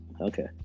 Okay